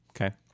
Okay